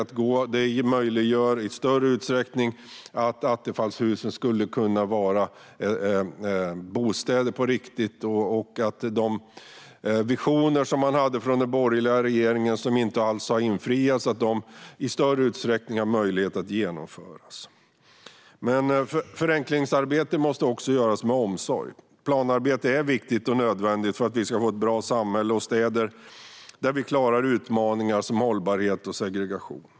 Det skulle möjliggöra att attefallshusen i större utsträckning kunde vara bostäder på riktigt och att de visioner som man hade från den borgerliga regeringen, som inte alls har infriats, i större utsträckning skulle kunna genomföras. Men förenklingsarbetet måste göras med omsorg. Planarbete är viktigt och nödvändigt för att vi ska få ett bra samhälle och städer där vi klarar utmaningar som hållbarhet och segregation.